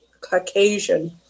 Caucasian